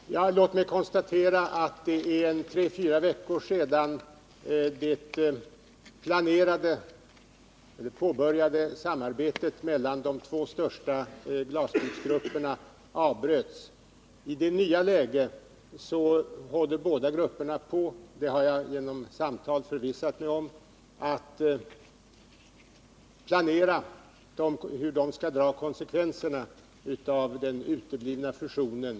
Herr talman! Låt mig konstatera att det är tre fyra veckor sedan det påbörjade samarbetet mellan de två största glasbruksgrupperna avbröts. I det nya läget håller båda grupperna på — det har jag genom samtal förvissat mig om -—att planera hur de skall dra konsekvenserna av den uteblivna fusionen.